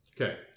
Okay